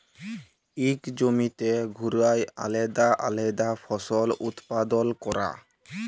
ইক জমিতে ঘুরায় আলেদা আলেদা ফসল উৎপাদল ক্যরা